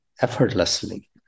effortlessly